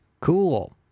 Cool